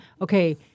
okay